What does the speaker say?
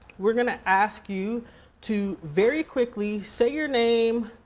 we're gonna ask you to very quickly say your name,